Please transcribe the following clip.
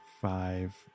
five